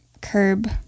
curb